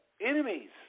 enemies